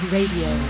Radio